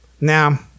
Now